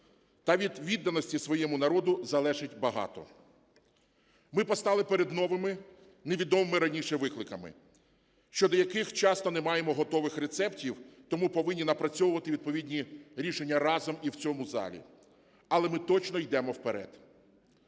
та від відданості своєму народу залежить багато. Ми постали перед новими, не відомими раніше викликами, щодо яких часто не маємо готових рецептів, тому повинні напрацьовувати відповідні рішення разом і в цьому залі. Але ми точно йдемо вперед.